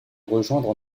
rejoindre